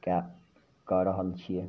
कै कऽ रहल छिए